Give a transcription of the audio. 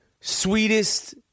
sweetest